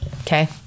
Okay